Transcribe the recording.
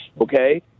okay